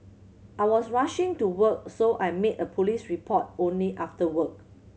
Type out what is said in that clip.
I was rushing to work so I made a police report only after work